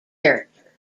character